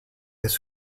this